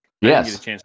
Yes